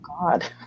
God